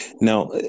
now